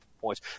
points